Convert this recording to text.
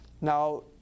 now